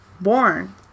Born